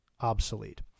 obsolete